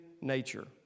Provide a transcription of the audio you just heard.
nature